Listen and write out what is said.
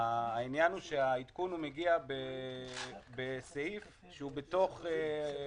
העניין הוא שהעדכון מגיע בסעיף שהוא בתוך חומר,